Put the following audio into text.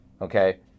okay